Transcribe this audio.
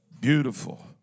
beautiful